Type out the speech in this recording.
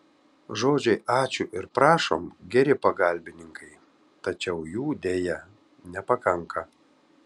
žodžiai ačiū ir prašom geri pagalbininkai tačiau jų deja nepakanka